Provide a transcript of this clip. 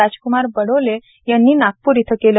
राजक्मार बडोले यांनी नागपूर इथं केल